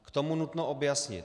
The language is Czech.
K tomu nutno objasnit: